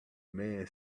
man